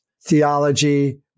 theology